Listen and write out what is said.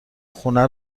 خونه